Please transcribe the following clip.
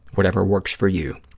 whatever works for you.